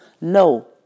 no